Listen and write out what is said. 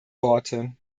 worte